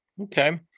Okay